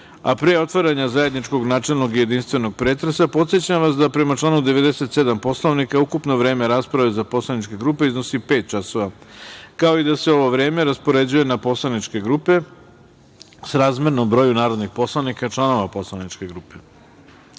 a pre otvaranja zajedničkog načelnog jedinstvenog pretresa, podsećam vas da prema članu 97. Poslovnika ukupno vreme rasprave za poslaničke grupe iznosi pet časova, kao i da se ovo vreme raspoređuje na poslaničke grupe srazmerno broju narodnih poslanika članova poslaničke grupe. Molim